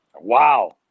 wow